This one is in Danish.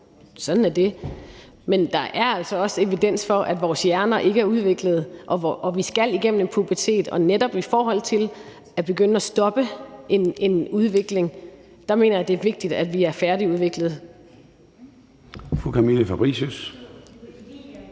Men der er altså også evidens for, at vores hjerner ikke er udviklede, og at vi skal igennem en pubertet. Og netop i forhold til at begynde at stoppe en udvikling mener jeg, det er vigtigt, at vi er færdigudviklede.